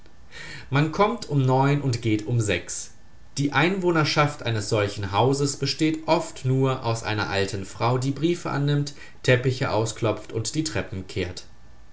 man kommt um und geht um die einwohnerschaft eines solchen hauses besteht oft nur aus einer alten frau die briefe annimmt teppiche ausklopft und die treppen kehrt